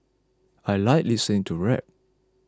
I like listening to rap